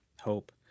Hope